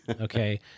Okay